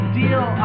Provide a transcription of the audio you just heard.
deal